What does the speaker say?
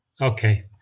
Okay